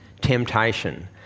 temptation